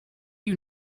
you